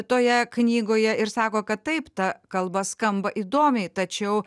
toje knygoje ir sako kad taip ta kalba skamba įdomiai tačiau